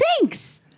Thanks